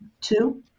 Two